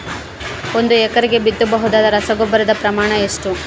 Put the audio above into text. ಒಂದು ಎಕರೆಗೆ ಬಿತ್ತಬಹುದಾದ ರಸಗೊಬ್ಬರದ ಪ್ರಮಾಣ ಎಷ್ಟು?